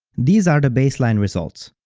these are the baseline results.